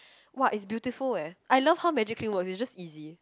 !wah! is beautiful eh I love how Magic Clean works it's just easy